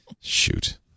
Shoot